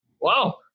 Wow